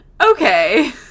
Okay